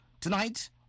tonight